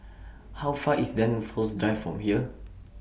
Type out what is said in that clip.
How Far IS Dunsfold Drive from here